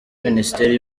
minisiteri